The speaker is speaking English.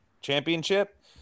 championship